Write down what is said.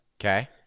Okay